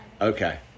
Okay